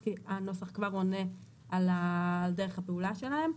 כי הנוסח כבר עונה על דרך הפעולה שלהם.